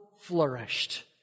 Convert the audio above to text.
flourished